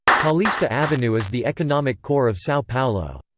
paulista avenue is the economic core of sao paulo.